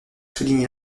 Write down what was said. souligner